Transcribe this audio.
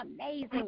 amazing